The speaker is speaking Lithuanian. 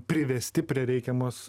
privesti prie reikiamos